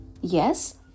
Yes